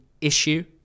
issue